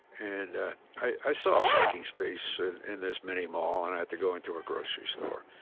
and i saw a parking space in in this mini mall and i had to go into a grocery store.